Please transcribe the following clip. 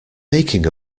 making